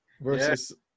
versus